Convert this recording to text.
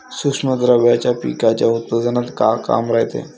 सूक्ष्म द्रव्याचं पिकाच्या उत्पन्नात का काम रायते?